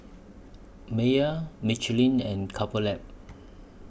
Mayer Michelin and Couple Lab